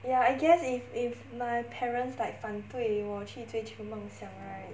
ya I guess if if my parents like 反对我去追求梦想 right